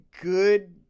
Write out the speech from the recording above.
good